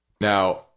Now